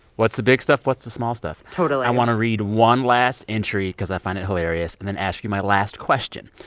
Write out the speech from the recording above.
what's the big stuff? what's the small stuff? totally i want to read one last entry because i find it hilarious and then ask you my last question.